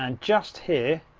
and just here